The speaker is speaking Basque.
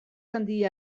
handia